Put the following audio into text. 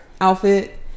outfit